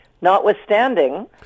notwithstanding